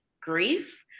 grief